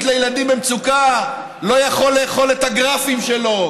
לילדים במצוקה לא יכול לאכול את הגרפים שלו,